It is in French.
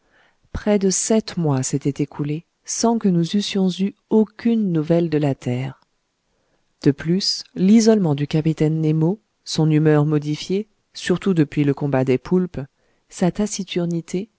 près de sept mois s'étaient écoulés sans que nous eussions eu aucune nouvelle de la terre de plus l'isolement du capitaine nemo son humeur modifiée surtout depuis le combat des poulpes sa taciturnité